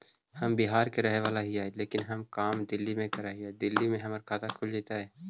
हम बिहार के रहेवाला हिय लेकिन हम काम दिल्ली में कर हिय, दिल्ली में हमर खाता खुल जैतै?